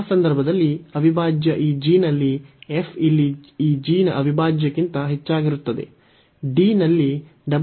ಆ ಸಂದರ್ಭದಲ್ಲಿ ಅವಿಭಾಜ್ಯ ಈ gನಲ್ಲಿ f ಇಲ್ಲಿ ಈ g ನ ಅವಿಭಾಜ್ಯಕ್ಕಿಂತ ಹೆಚ್ಚಾಗಿರುತ್ತದೆ